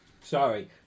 Sorry